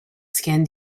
skin